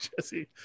Jesse